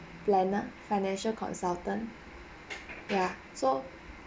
planner financial consultant yeah so